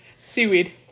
Seaweed